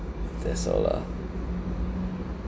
that's all lah